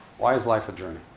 why is life a journey?